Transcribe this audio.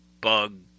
bug